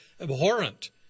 abhorrent